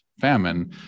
famine